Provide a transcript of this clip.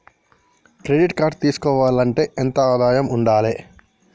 Credit card తీసుకోవాలంటే ఎంత ఆదాయం ఉండాలే?